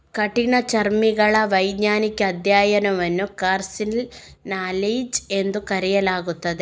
ಕಠಿಣಚರ್ಮಿಗಳ ವೈಜ್ಞಾನಿಕ ಅಧ್ಯಯನವನ್ನು ಕಾರ್ಸಿನಾಲಜಿ ಎಂದು ಕರೆಯಲಾಗುತ್ತದೆ